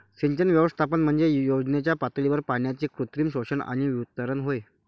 सिंचन व्यवस्थापन म्हणजे योजनेच्या पातळीवर पाण्याचे कृत्रिम शोषण आणि वितरण होय